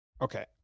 Okay